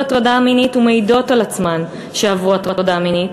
הטרדה מינית ומעידות על עצמן שעברו הטרדה מינית,